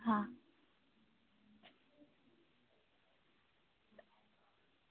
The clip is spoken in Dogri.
हां